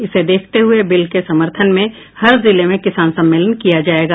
इसे देखते हुये बिल के समर्थन में हर जिले में किसान सम्मेलन किया जायेगा